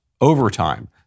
overtime